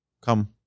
Come